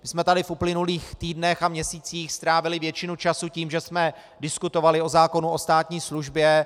My jsme tady v uplynulých týdnech a měsících strávili většinu času tím, že jsme diskutovali o zákonu o státní službě.